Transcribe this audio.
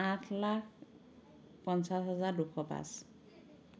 আঠ লাখ পঞ্চাছ হাজাৰ দুশ পাঁচ